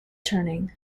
turning